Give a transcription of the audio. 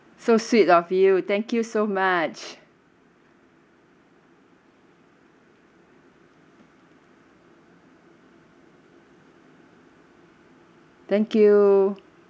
so sweet of you thank you so much thank you